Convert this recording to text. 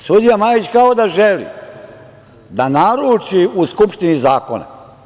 Sudija Majić kao da želi da naruči u Skupštini zakone.